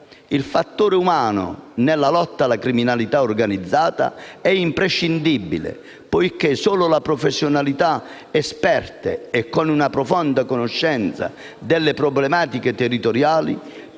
Il fattore umano nella lotta alla criminalità organizzata è imprescindibile, poiché solo professionalità esperte e con una profonda conoscenza delle problematiche territoriali